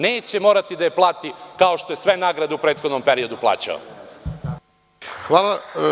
Neće morati da je plati, kao što je sve nagrade u prethodnom periodu plaćao.